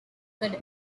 could